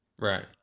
Right